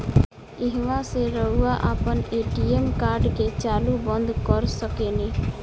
ईहवा से रऊआ आपन ए.टी.एम कार्ड के चालू बंद कर सकेनी